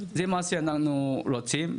זה מה שאנחנו רוצים.